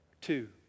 two